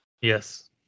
Yes